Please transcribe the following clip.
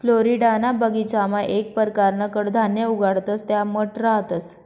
फ्लोरिडाना बगीचामा येक परकारनं कडधान्य उगाडतंस त्या मठ रहातंस